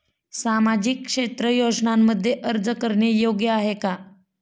सामाजिक क्षेत्र योजनांमध्ये अर्ज करणे योग्य आहे का?